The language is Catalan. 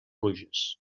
pluges